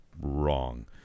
wrong